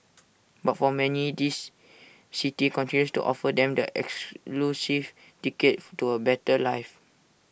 but for many this city continues to offer them the ticket to A better life